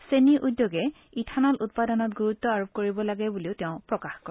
চেনী উদ্যোগে ইথানল উৎপাদনত গুৰুত্ব আৰোপ কৰিব লাগে বুলিও তেওঁ প্ৰকাশ কৰে